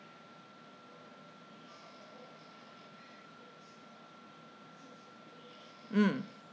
mm